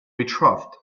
betrothed